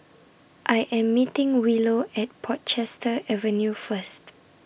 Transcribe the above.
I Am meeting Willow At Portchester Avenue First